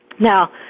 Now